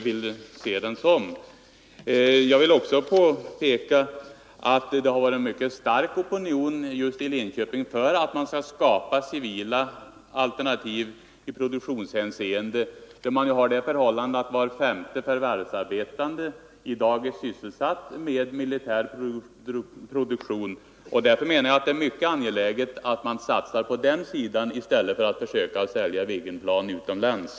Låt mig också påpeka att det har varit en mycket stark opinion just i Linköping —- där förhållandet ju är det att var femte förvärvsarbetande i dag är sysselsatt med militär produktion — för att man skall skapa civila alternativ i produktionshänseende. Därför menar jag att det är mycket angeläget att man satsar på den sidan i stället för att försöka sälja Viggenplan utomlands.